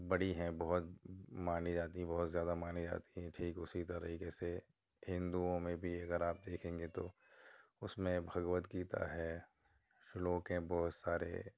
بڑی ہیں بہت مانی جاتی ہیں بہت زیادہ مانی جاتی ہیں ٹھیک اسی طریقے سے ہندوؤں میں بھی اگر آپ دیکھیں گے تو اس میں بھگوت گیتا ہے شلوک ہیں بہت سارے